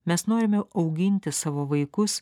mes norime auginti savo vaikus